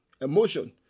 Emotion